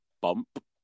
bump